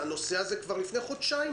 הנושא הזה עלה כבר לפני חודשיים.